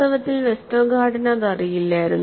വാസ്തവത്തിൽ വെസ്റ്റർഗാർഡിന് അത് അറിയില്ലായിരുന്നു